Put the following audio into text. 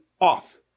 off